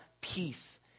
peace